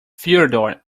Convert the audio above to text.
theodore